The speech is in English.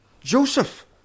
Joseph